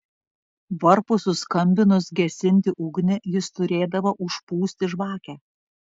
varpui suskambinus gesinti ugnį jis turėdavo užpūsti žvakę